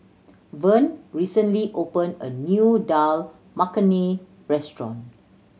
Vern recently opened a new Dal Makhani Restaurant